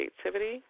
creativity